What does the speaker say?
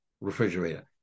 refrigerator